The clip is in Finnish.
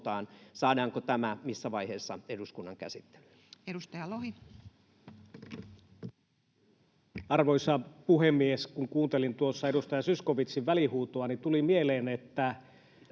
Saadaanko tämä missä vaiheessa eduskunnan käsittelyyn? Edustaja Lohi. Arvoisa puhemies! Kun kuuntelin tuossa edustaja Zyskowiczin välihuutoa, [Timo Heinonen: Mitä